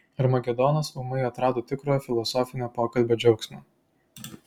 armagedonas ūmai atrado tikrojo filosofinio pokalbio džiaugsmą